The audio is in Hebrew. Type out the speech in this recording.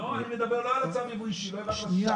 אני מדבר לא על צו ייבוא אישי, לא הבנת אותי.